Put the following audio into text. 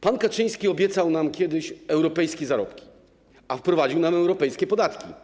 Pan Kaczyński obiecał nam kiedyś europejskie zarobki, a wprowadził nam europejskie podatki.